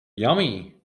yummy